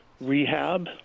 rehab